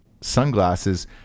sunglasses